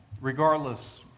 Regardless